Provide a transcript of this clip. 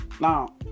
Now